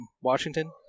Washington